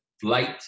flight